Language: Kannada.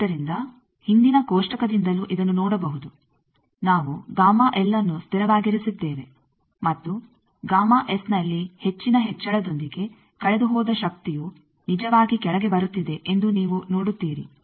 ಆದ್ದರಿಂದ ಹಿಂದಿನ ಕೋಷ್ಟಕದಿಂದಲೂ ಇದನ್ನು ನೋಡಬಹುದು ನಾವು ಅನ್ನು ಸ್ಥಿರವಾಗಿರಿಸಿದ್ದೇವೆ ಮತ್ತು ನಲ್ಲಿ ಹೆಚ್ಚಿನ ಹೆಚ್ಚಳದೊಂದಿಗೆ ಕಳೆದುಹೋದ ಶಕ್ತಿಯು ನಿಜವಾಗಿ ಕೆಳಗೆ ಬರುತ್ತಿದೆ ಎಂದು ನೀವು ನೋಡುತ್ತೀರಿ